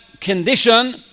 condition